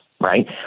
Right